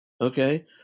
okay